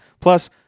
Plus